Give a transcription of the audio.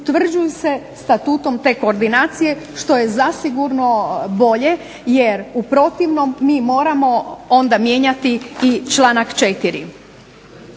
utvrđuju se statutom te koordinacije što je zasigurno bolje jer u protivnom mi moramo onda mijenjati i članak 4.